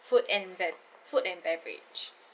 food and bev~ food and beverage